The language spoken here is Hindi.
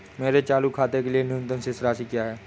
मेरे चालू खाते के लिए न्यूनतम शेष राशि क्या है?